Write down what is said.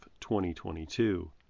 2022